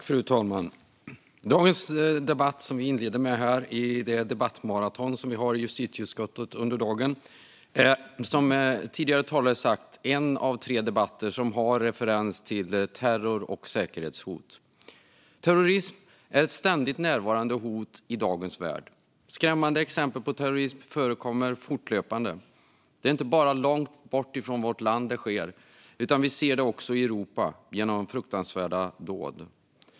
Fru talman! Den debatt som vi inleder med i det debattmaraton som vi har i justitieutskottet under dagen är, som tidigare talare har sagt, en av tre debatter som har referens till terror och säkerhetshot. Terrorism är ett ständigt närvarande hot i dagens värld. Skrämmande exempel på terrorism förekommer fortlöpande. Det är inte bara långt bort från vårt land det sker, utan vi ser det också i Europa genom fruktansvärda dåd.